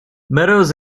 meadows